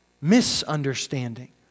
misunderstanding